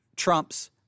trumps